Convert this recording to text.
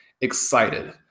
excited